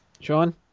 Sean